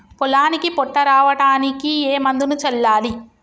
పొలానికి పొట్ట రావడానికి ఏ మందును చల్లాలి?